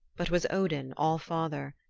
but was odin all-father,